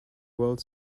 world